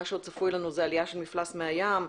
מה שצפוי לנו זאת עלייה של מפלס מי הים,